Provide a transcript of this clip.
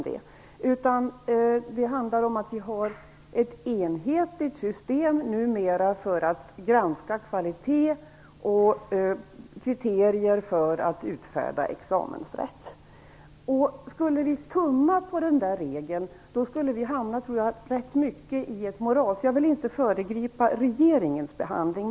Det handlar om att vi numera har ett enhetligt system för att granska kvalitet och kriterier för att utfärda examensrätt. Skulle vi tumma på den regeln, tror jag att vi skulle hamna i ett moras. Jag vill inte föregripa regeringens behandling.